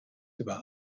über